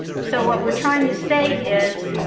so what we're trying to say is